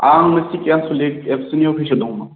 आं सिखि आनसलिक एबसुनि अफिसाव दंमोन